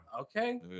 Okay